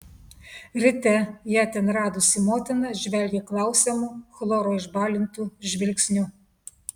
ryte ją ten radusi motina žvelgė klausiamu chloro išbalintu žvilgsniu